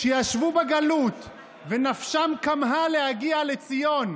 שישבו בגלות ונפשם כמהה להגיע לציון,